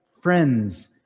friends